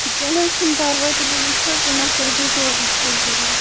کیٚنٛہہ نَہ حظ چھُنہٕ پَرواے تہٕ بہٕ وُچھَکھ نَفر زٕ ژور ؤچھکھ بہٕ گۄڈٕ